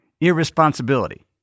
irresponsibility